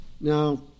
Now